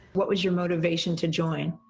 what was your motivation to join?